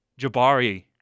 Jabari